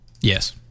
yes